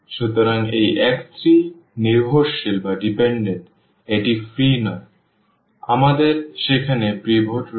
সুতরাং এই x3 নির্ভরশীল এটি ফ্রি নয় আমাদের সেখানে পিভট রয়েছে